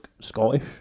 Scottish